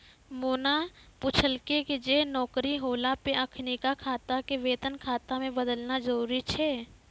मोना पुछलकै जे नौकरी होला पे अखिनका खाता के वेतन खाता मे बदलना जरुरी छै?